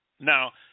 Now